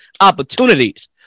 opportunities